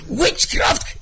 witchcraft